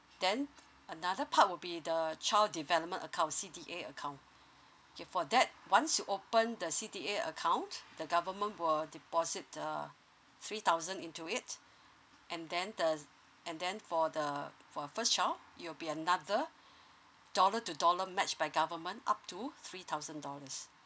then another part will be the a child development account C_D_A account okay for that once you open the C_D_A account the government for deposit err three thousand into it and then the and then for the for first child you'll be another dollar to dollar match by government up to three thousand dollars